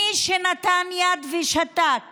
מי שנתן יד ושתק